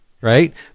right